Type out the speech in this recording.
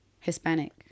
hispanic